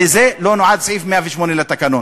לזה לא נועד סעיף 108 לתקנון.